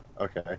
Okay